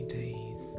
days